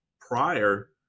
prior